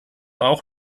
auch